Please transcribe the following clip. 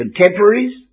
contemporaries